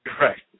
Right